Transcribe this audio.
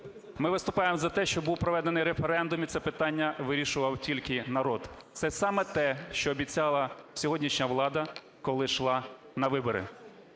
Ми виступаємо за те, щоб був проведений референдум і це питання вирішував тільки народ. Це саме те, що обіцяла сьогоднішня влада, коли йшла на вибори.